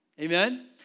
Amen